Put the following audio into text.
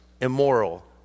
immoral